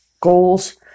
goals